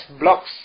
blocks